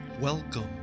Welcome